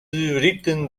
written